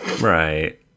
right